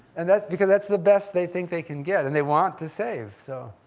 and that's because that's the best they think they can get and they want to save, so.